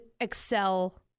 excel